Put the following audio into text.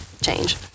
change